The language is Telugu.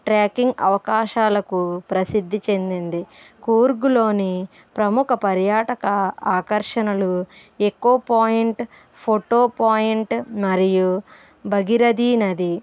ట్రెక్కింగ్ అవకాశాలకు ప్రసిద్ధి చెందింది కూర్గ్లోని ప్రముఖ పర్యాటక ఆకర్షణలు ఎకో పాయింట్ ఫోటో పాయింట్ మరియు భగీరధీ నది